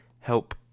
help